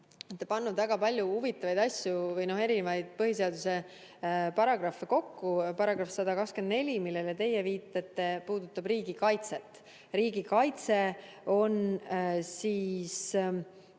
pannud väga palju huvitavaid asju või erinevaid põhiseaduse paragrahve kokku. Paragrahv 124, millele teie viitate, puudutab riigikaitset. Riigikaitse on